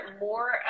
more